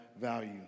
value